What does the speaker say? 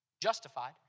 justified